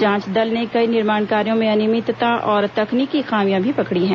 जांच दल ने कई निर्माण कार्यो में अनियमितता और तकनीकी खामियां भी पकड़ी हैं